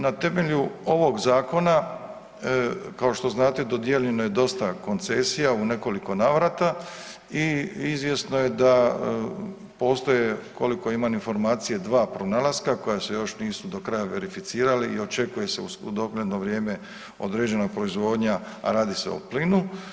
Na temelju ovog zakona kao što znate dodijeljeno je dosta koncesija u nekoliko navrata i izvjesno je da postoje, koliko imam informacije, dva pronalaska koja se još nisu do kraja verificirali i očekuje se u dogledno vrijeme određena proizvodnja, a radi se o plinu.